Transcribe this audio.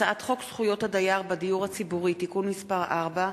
הצעת חוק זכויות הדייר בדיור הציבורי (תיקון מס' 4),